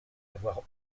avoir